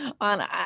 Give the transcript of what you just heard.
on